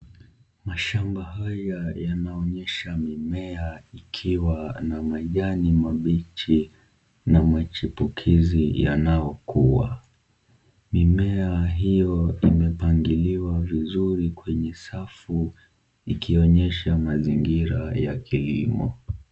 Mashamba haya yanaonyesha mimea ikiwa na majani mabichi na machipukizi yanayokua, mimea hiyo imepangiliwa vizuri kwenye safu ikionyesha mazingira ya kilimo.